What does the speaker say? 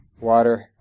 water